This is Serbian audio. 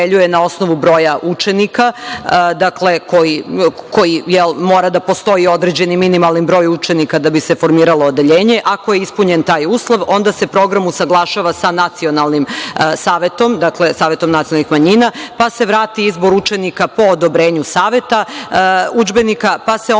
na osnovu broja učenika, mora da postoji određeni minimalni broj učenika da bi se formiralo odeljenje. Ako je ispunjen taj uslov, onda se program usaglašava sa nacionalnim savetom, savetom nacionalnih manjina, pa se vrati izbor učenika po odobrenju Saveta udžbenika, pa se onda